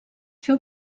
fer